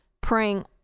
praying